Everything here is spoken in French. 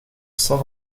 cent